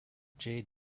jade